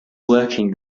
working